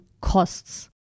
costs